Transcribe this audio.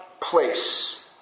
place